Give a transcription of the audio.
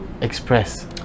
express